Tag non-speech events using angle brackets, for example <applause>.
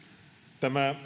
tämä <unintelligible>